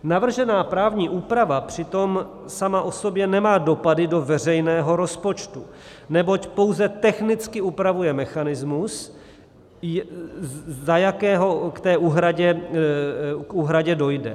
Navržená právní úprava přitom sama o sobě nemá dopady do veřejného rozpočtu, neboť pouze technicky upravuje mechanismus, za jakého k té úhradě dojde.